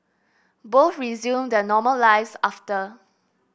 both resumed their normal lives after